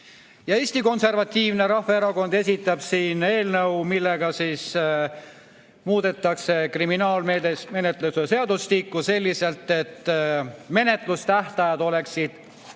Eesti Konservatiivne Rahvaerakond esitab eelnõu, millega muudetakse kriminaalmenetluse seadustikku selliselt, et menetlustähtajad oleksid